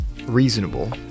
reasonable